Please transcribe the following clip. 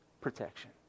protection